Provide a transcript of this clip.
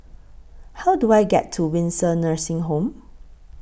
How Do I get to Windsor Nursing Home